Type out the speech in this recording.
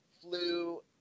flu